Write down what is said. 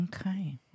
Okay